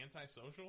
antisocial